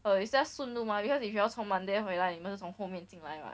err it's just 顺路 mah because if you all 从 mandai 回来你们从后面进来 mah